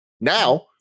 Now